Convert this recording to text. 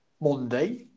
Monday